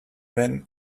when